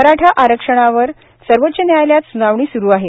मराठा आरक्षणावत सर्वोच्च न्यायालयात स्नावणी स्रू आहे